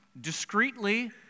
discreetly